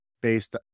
based